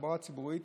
התחבורה הציבורית